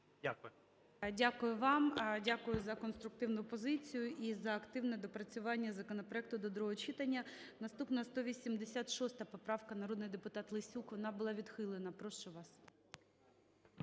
Дякую вам, дякую за конструктивну позицію і за активне доопрацювання законопроекту до другого читання. Наступна - 186 поправка, народний депутат Лесюк. Вона була відхилена. Прошу вас.